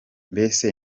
mbese